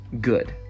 good